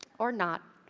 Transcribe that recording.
or not.